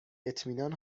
اطمینان